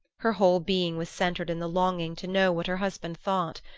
her whole being was centred in the longing to know what her husband thought.